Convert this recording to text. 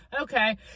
Okay